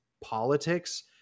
politics